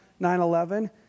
9-11